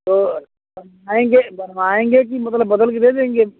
तो बनाएँगे बनवाएँगे कि मतलब बदल के दे देंगे